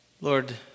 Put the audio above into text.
Lord